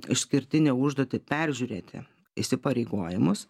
išskirtinę užduotį peržiūrėti įsipareigojimus